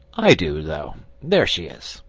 i do, though. there she is.